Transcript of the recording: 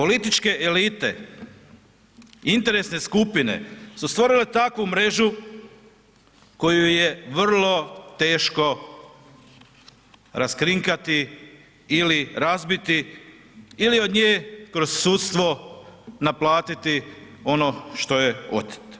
Političke elite, interesne skupine su stvorile takvu mrežu koju je vrlo teško raskrinkati ili razbiti ili od nje kroz sudstvo naplatiti ono što je oteto.